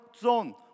zone